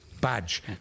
badge